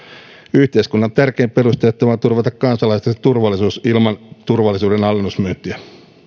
yhteiskunnan tärkein perustehtävä on turvata kansalaistensa turvallisuus ilman turvallisuuden alennusmyyntiä